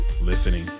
listening